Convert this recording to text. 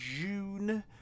June